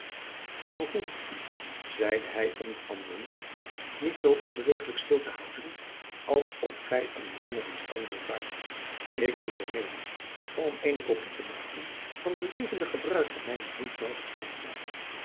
ij behoeft u zeide hij onder anderen niet zoo onbewegelijk stil te houden als of gij een marmeren standbeeld waart ik ben voornemens om eene kopij te maken van de levendige bruid van mijnen vriend